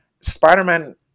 Spider-Man